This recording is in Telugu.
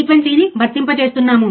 కాబట్టి మనం ఏమి కొలుస్తున్నాము